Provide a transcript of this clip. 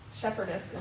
shepherdess